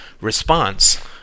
response